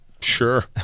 Sure